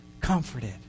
comforted